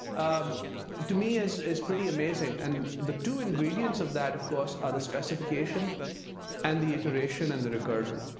um to me is is pretty amazing. and the two ingredients of that, of course, are the specification and the iteration and the recursion.